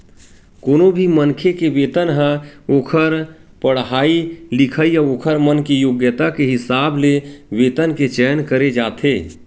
कोनो भी मनखे के वेतन ह ओखर पड़हाई लिखई अउ ओखर मन के योग्यता के हिसाब ले वेतन के चयन करे जाथे